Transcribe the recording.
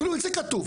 אפילו את זה כתוב.